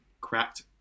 cracked